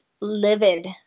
livid